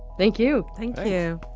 thank you. thank you